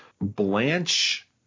Blanche